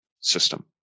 system